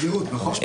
זה סבירות, נכון?